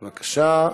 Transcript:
בבקשה.